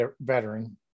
veteran